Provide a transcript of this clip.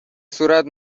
صورت